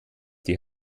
die